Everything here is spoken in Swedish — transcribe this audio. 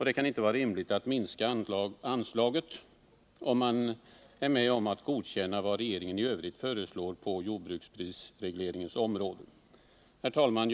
Det kan inte vara rimligt att minska anslaget, om man är med på att godkänna vad regeringen i övrigt föreslår på jordbruksprisregleringens område. Herr talman!